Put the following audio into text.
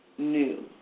new